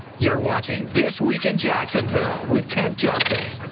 you're watching this week in jacksonville with kent justice.